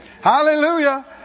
Hallelujah